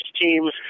teams